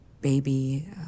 baby